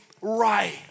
right